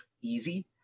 easy